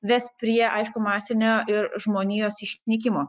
ves prie aišku masinio ir žmonijos išnykimo